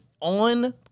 on